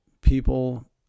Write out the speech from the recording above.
people